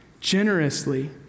generously